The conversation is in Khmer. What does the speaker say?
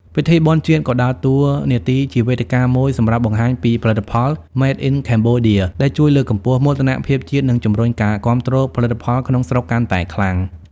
ពិធីបុណ្យជាតិក៏ដើរតួនាទីជាវេទិកាមួយសម្រាប់បង្ហាញពីផលិតផល "Made in Cambodia" ដែលជួយលើកកម្ពស់មោទនភាពជាតិ និងជំរុញការគាំទ្រផលិតផលក្នុងស្រុកកាន់តែខ្លាំង។